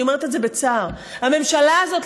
אני אומרת את זה בצער: הממשלה הזאת,